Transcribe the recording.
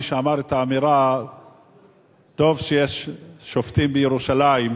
מי שאמר את האמירה "טוב שיש שופטים בירושלים"